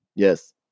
Yes